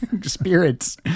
spirits